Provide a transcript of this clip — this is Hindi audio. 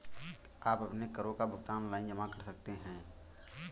आप अपने करों का भुगतान ऑनलाइन जमा कर सकते हैं